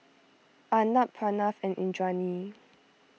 Arnab Pranav and Indranee